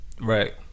Right